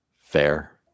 fair